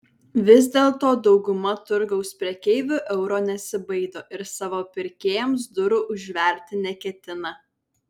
vis dėlto dauguma turgaus prekeivių euro nesibaido ir savo pirkėjams durų užverti neketina